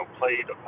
played